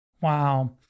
Wow